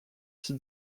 s’y